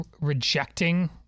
rejecting